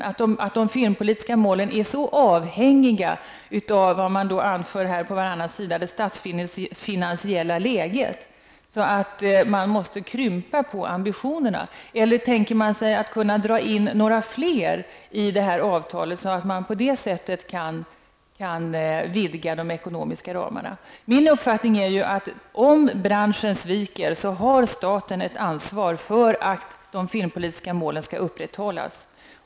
Är de filmpolitiska målen -- som det anförs på var och varannan sida i betänkandet -- så avhängiga av det statsfinansiella läget att man måste krympa på ambitionerna? Eller tänker sig regeringen att det skall vara möjligt att dra in fler parter i avtalet, så att man på det sättet kan vidga de ekonomiska ramarna? Min uppfattning är att om branschen sviker, så har staten ett ansvar för att de filmpolitiska målen skall upprätthållas.